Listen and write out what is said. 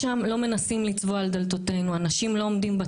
אנשים נרשמים.